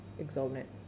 exorbitant